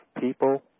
people